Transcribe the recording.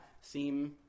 seem